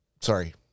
sorry